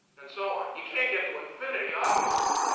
and so on. you can't get to infinity, obviously. but